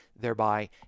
thereby